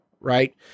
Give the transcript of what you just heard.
Right